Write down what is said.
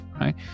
right